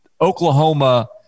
Oklahoma